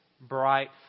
bright